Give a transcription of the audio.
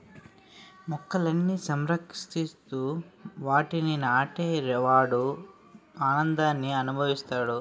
మొక్కలని సంరక్షిస్తూ వాటిని నాటే వాడు ఆనందాన్ని అనుభవిస్తాడు